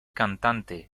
cantante